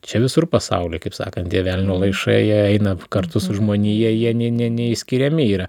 čia visur pasauly kaip sakant tie velnio lašai eina kartu su žmonija jie ne ne neišskiriami yra